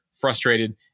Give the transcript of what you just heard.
frustrated